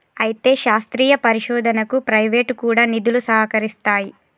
అయితే శాస్త్రీయ పరిశోధనకు ప్రైవేటు కూడా నిధులు సహకరిస్తాయి